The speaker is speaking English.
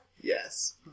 Yes